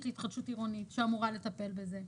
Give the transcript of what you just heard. להתחדשות עירונית שאמורה לטפל בזה.